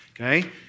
okay